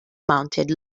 mounted